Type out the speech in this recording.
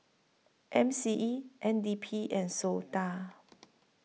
M C E N D P and Sota